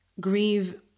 grieve